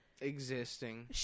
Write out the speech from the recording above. Existing